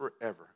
forever